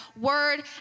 word